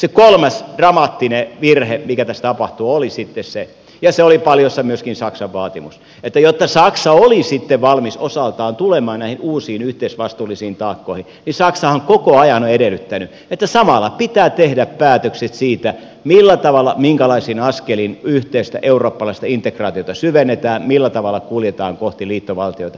se kolmas dramaattinen virhe mikä tässä tapahtui oli sitten se ja se oli paljossa myöskin saksan vaatimus että jotta saksa oli sitten valmis osaltaan tulemaan näihin uusiin yhteisvastuullisiin taakkoihin saksahan koko ajan on edellyttänyt että samalla pitää tehdä päätökset siitä millä tavalla minkälaisin askelin yhteistä eurooppalaista integraatiota syvennetään millä tavalla kuljetaan kohti liittovaltiota